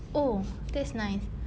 oh that's nice